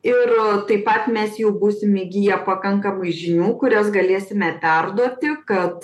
ir taip pat mes jau būsim įgiję pakankamai žinių kurias galėsime perduoti kad